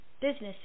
businesses